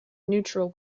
neutral